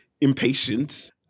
impatience